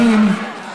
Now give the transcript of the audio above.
חברים.